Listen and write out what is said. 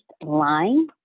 line